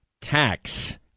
tax